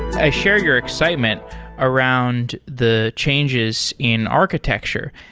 i share your excitement around the changes in architecture,